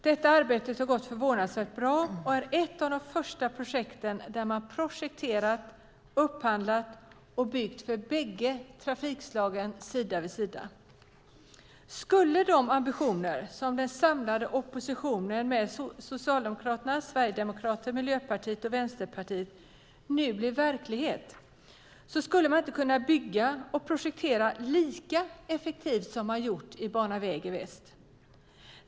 Detta arbete har gått förvånansvärt bra och är ett av de första projekt där man projekterat, upphandlat och byggt för bägge trafikslagen sida vid sida. Skulle ambitionerna hos den samlade oppositionen med Socialdemokraterna, Sverigedemokraterna, Miljöpartiet och Vänsterpartiet nu bli verklighet skulle man inte kunna bygga och projektera lika effektivt som man gjort i Bana väg i väst.